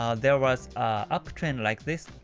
um there was a up trend like this,